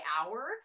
hour